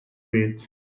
beach